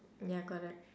ya correct